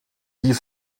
die